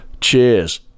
Cheers